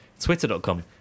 twitter.com